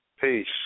Peace